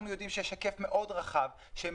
אנחנו יודעים שיש היקף רחב מאוד של איכונים שגויים,